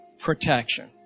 protection